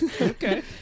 okay